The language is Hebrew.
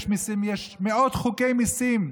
יש מאות חוקי מיסים,